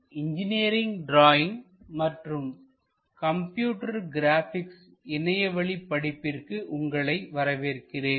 NPTEL லின் engineering drawing மற்றும் computer graphics இணையவழி படிப்பிற்கு உங்களை வரவேற்கிறேன்